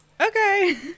okay